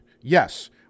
Yes